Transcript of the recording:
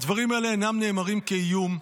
--- הדברים האלה אינם נאמרים כאיום.